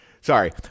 Sorry